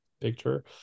picture